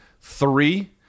Three